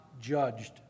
judged